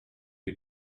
you